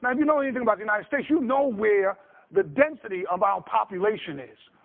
um you know anything about the united states, you know where the density of our population is.